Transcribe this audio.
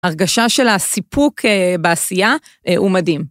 הרגשה של הסיפוק בעשייה הוא מדהים.